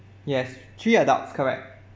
yes three adults correct